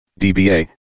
DBA